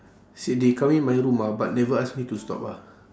see they come in my room ah but never ask me to stop ah